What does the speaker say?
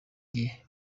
gihe